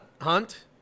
Hunt